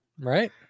right